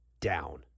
down